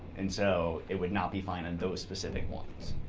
and so it would not be fine in those specific ones.